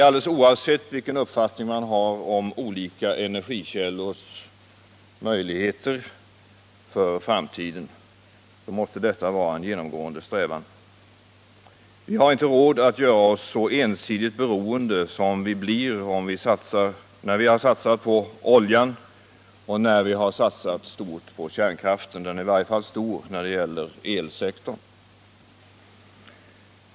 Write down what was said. Alldeles oavsett vilken uppfattning man har om olika energikällors möjligheter för framtiden måste detta vara en genomgående strävan. Vi har inte råd att göra oss så ensidigt beroende som vi blir när vi har satsat stort på oljan och på kärnkraften — kärnkraften är stor i varje fall när det gäller elsektorn.